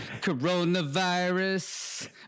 coronavirus